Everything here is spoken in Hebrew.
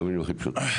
במילים הכי פשטות.